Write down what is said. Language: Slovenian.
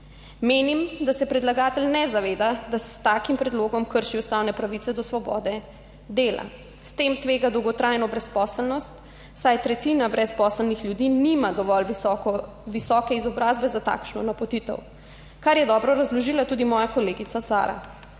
Menim, da se predlagatelj ne zaveda, da s takim predlogom krši ustavne pravice do svobode dela. S tem tvega dolgotrajno brezposelnost, saj tretjina brezposelnih ljudi nima dovolj visoke izobrazbe za takšno napotitev, kar je dobro razložila tudi moja kolegica Sara.